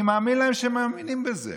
אני מאמין להם שהם מאמינים בזה.